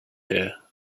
here